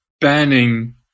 banning